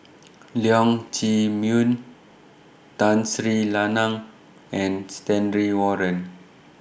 Leong Chee Mun Tun Sri Lanang and Stanley Warren